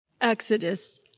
Exodus